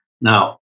Now